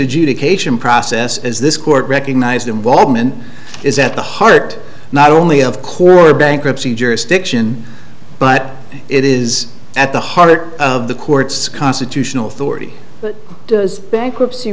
adjudication process as this court recognized involvement is at the heart not only of core bankruptcy jurisdiction but it is at the heart of the court's constitutional authority but does bankruptcy